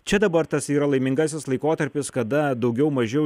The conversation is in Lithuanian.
čia dabar tas yra laimingasis laikotarpis kada daugiau mažiau